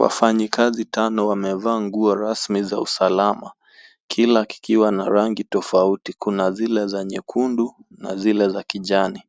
Wafanyikazi tano wamevaa nguo rasmi za usalama kila kikiwa na rangi tofauti; kuna zile za nyekundu na zile za kijani.